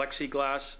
plexiglass